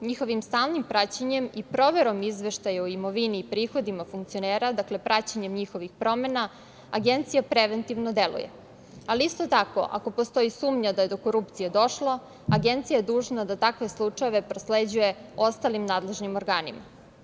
Njihovim stalnim praćenjem i proverom izveštaja o imovini i prihodima funkcionera, praćenjem njihovih promena Agencija preventivno deluje, ali isto tako ako postoji sumnja da je do korupcije došlo Agencija je dužna da takve slučajeve prosleđuje ostalim nadležnim organima.